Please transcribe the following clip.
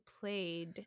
played